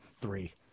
three